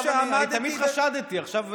תמיד חשדתי, עכשיו הודית.